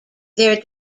their